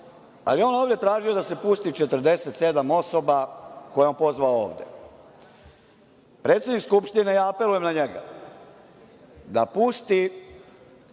ali je ovde tražio da se pusti 47 osoba koje je pozvao ovde. Predsednik Skupštine, ja apelujem na njega da pusti